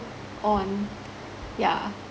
on yeah